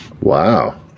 Wow